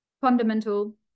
fundamental